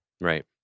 right